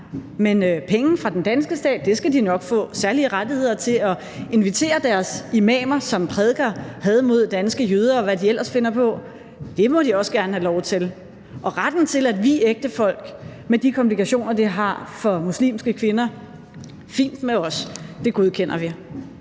Men penge fra den danske stat skal de nok få, og særlige rettigheder til at invitere deres imamer, som prædiker had mod danske jøder, og hvad de ellers finder på, ja, det må de også gerne have lov til. Og i forhold til retten til at vie ægtefolk, med de komplikationer det har for muslimske kvinder: fint med os, det godkender vi!